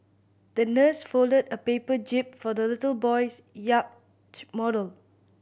the nurse folded a paper jib for the little boy's yacht model